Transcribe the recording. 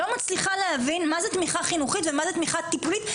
לא מצליחה להבין מה זה תמיכה חינוכית ומה זה תמיכה טיפולית,